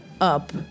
up